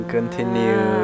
Continue